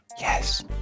Yes